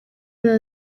nta